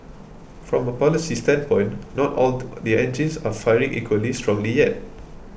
from a policy standpoint not all the engines are firing equally strongly yet